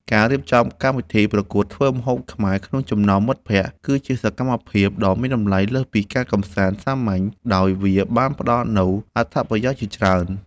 ការរៀបចំកម្មវិធីប្រកួតធ្វើម្ហូបខ្មែរក្នុងចំណោមមិត្តភក្តិ គឺជាសកម្មភាពដ៏មានតម្លៃលើសពីការកម្សាន្តសាមញ្ញ ដោយវាបានផ្ដល់នូវអត្ថប្រយោជន៍ជាច្រើន។